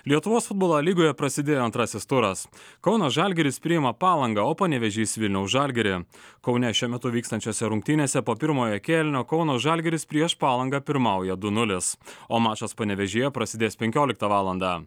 lietuvos futbolo lygoje prasidėjo antrasis turas kauno žalgiris priima palangą o panevėžys vilniaus žalgirį kaune šiuo metu vykstančiose rungtynėse po pirmojo kėlinio kauno žalgiris prieš palangą pirmauja du nulis o mačas panevėžyje prasidės penkioliktą valandą